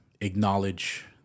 Acknowledge